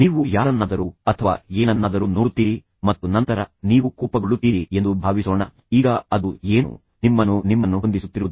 ನೀವು ಯಾರನ್ನಾದರೂ ಅಥವಾ ಏನನ್ನಾದರೂ ನೋಡುತ್ತೀರಿ ಮತ್ತು ನಂತರ ನೀವು ಕೋಪಗೊಳ್ಳುತ್ತೀರಿ ಎಂದು ಭಾವಿಸೋಣ ಈಗ ಅದು ಏನು ನಿಮ್ಮನ್ನು ನಿಮ್ಮನ್ನು ಹೊಂದಿಸುತ್ತಿರುವುದು